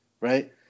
right